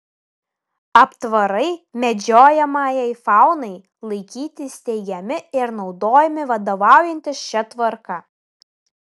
aptvarai medžiojamajai faunai laikyti steigiami ir naudojami vadovaujantis šia tvarka